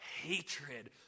hatred